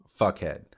Fuckhead